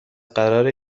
قراره